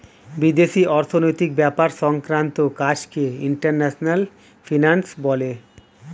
বিদেশি অর্থনৈতিক ব্যাপার সংক্রান্ত কাজকে ইন্টারন্যাশনাল ফিন্যান্স বলে